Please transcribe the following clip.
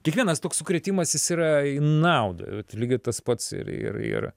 kiekvienas toks sukrėtimas jis yra į naudą vat lygiai tas pats ir ir ir